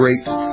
Great